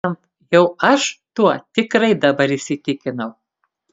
bent jau aš tuo tikrai dabar įsitikinau